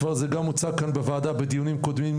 זה כבר הוצג כאן בוועדה בדיונים קודמים,